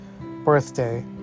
birthday